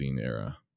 era